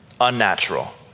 unnatural